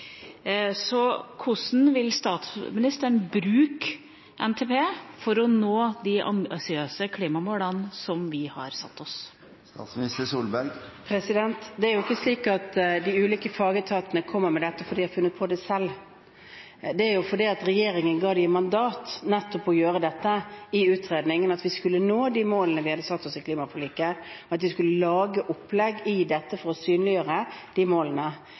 Hvordan vil statsministeren bruke NTP for å nå de ambisiøse klimamålene som vi har satt oss? Det er jo ikke slik at de ulike fagetatene kommer med dette fordi de har funnet på det selv. Det er fordi regjeringen ga dem i mandat nettopp å gjøre dette i utredningen – for at vi skulle nå de målene vi hadde satt oss i klimaforliket, og for at vi skulle lage opplegg for å synliggjøre de målene.